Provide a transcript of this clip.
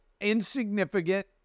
insignificant